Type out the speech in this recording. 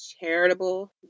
Charitable